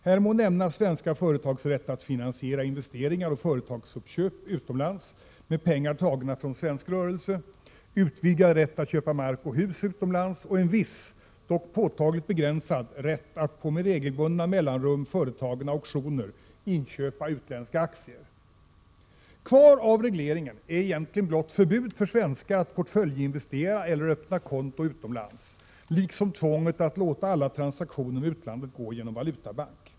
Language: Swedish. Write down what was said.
Här må nämnas svenska företags rätt att finansiera investeringar och företagsuppköp utomlands med pengar tagna från svensk rörelse, utvidgad rätt att köpa mark och hus utomlands samt en viss — dock påtagligt begränsad — rätt att vid med regelbundna mellanrum företagna auktioner inköpa utländska aktier. Kvar av regleringen är egentligen blott förbud för svenskar att portföljinvestera eller öppna konto utomlands, liksom tvånget att låta alla transaktioner med utlandet gå igenom valutabank.